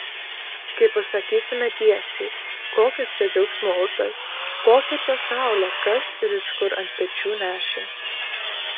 kai pasakysime tiesiai kokios čia džiaugsmo upės kokią čia saulę kas ir iš kur ant pečių nešė